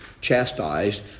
chastised